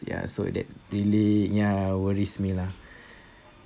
ya so that really ya worries me lah